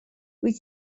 wyt